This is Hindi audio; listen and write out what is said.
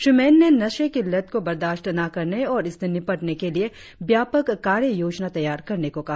श्री मेन ने नशे की लत को बर्दाशत न करने और इससे निपटने के लिए व्यापक कार्य योजना तैयार करने को कहा